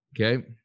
Okay